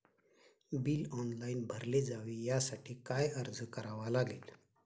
Bill online भरले जावे यासाठी काय अर्ज करावा लागेल?